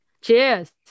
Cheers